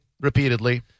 repeatedly